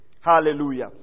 Hallelujah